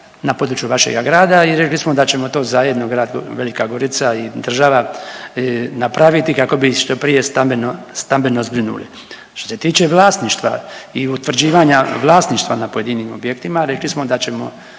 na području vašega grada i rekli smo da ćemo to zajedno Grad Velika Gorica i država napraviti kako bi ih što prije stambeno, stambeno zbrinuli. Što se tiče vlasništva i utvrđivanja vlasništva na pojedinim objektima rekli smo da ćemo